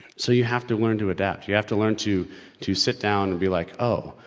so you have to learn to adapt, you have to learn to to sit down and be like oh,